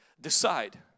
decide